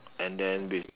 and then with